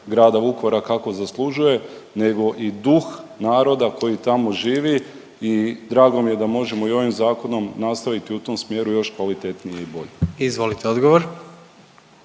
grada Vukovara kako zaslužuje nego i duh naroda koji tamo živi i drago mi je da možemo i ovim zakonom nastaviti u tom smjeru još kvalitetnije i bolje. **Jandroković,